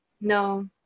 no